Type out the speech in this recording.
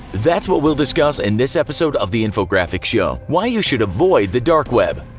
that's what we'll discuss in this episode of the infographics show, why you should avoid the dark web.